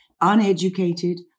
uneducated